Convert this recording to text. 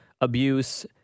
abuse